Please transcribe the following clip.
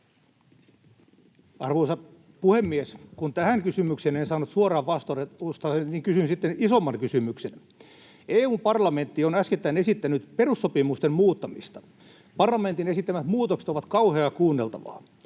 Arvoisa puhemies! Kun tähän kysymykseen en saanut suoraan vastausta, niin kysyn sitten isomman kysymyksen: EU:n parlamentti on äskettäin esittänyt perussopimusten muuttamista. Parlamentin esittämät muutokset ovat kauheaa kuunneltavaa.